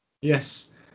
Yes